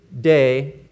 day